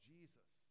Jesus